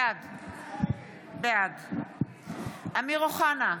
בעד אמיר אוחנה,